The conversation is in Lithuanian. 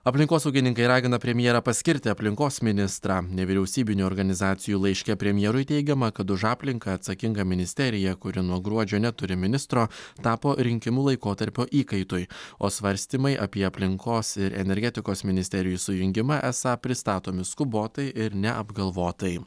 aplinkosaugininkai ragina premjerą paskirti aplinkos ministrą nevyriausybinių organizacijų laiške premjerui teigiama kad už aplinką atsakinga ministerija kuri nuo gruodžio neturi ministro tapo rinkimų laikotarpio įkaitui o svarstymai apie aplinkos ir energetikos ministerijų sujungimą esą pristatomi skubotai ir neapgalvotai